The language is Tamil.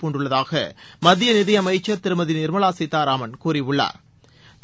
பூண்டுள்ளதாக மத்திய நிதி அமைச்சர் திருமதி நிர்மலா சீத்தாராமன் கூறியுள்ளாா்